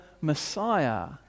Messiah